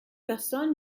personne